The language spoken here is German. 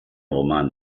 roman